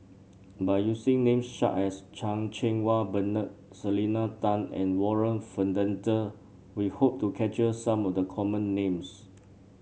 by using names such as Chan Cheng Wah Bernard Selena Tan and Warren Fernandez we hope to capture some of the common names